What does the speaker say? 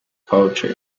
poetry